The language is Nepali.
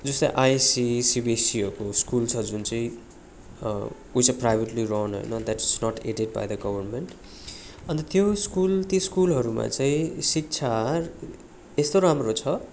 जस्तो आइएससिई सिबिएसइहरूको स्कुल जुन चाहिँ विज इज प्राइभेटली रन होइन that's not aided by the government अन्त त्यो स्कुल त्यो स्कुलहरूमा चाहिँ शिक्षा यस्तो राम्रो छ